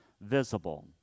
visible